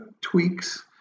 tweaks